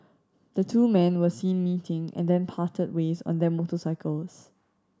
the two men were seen meeting and then parted ways on their motorcycles